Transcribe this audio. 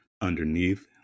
underneath